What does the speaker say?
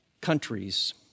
countries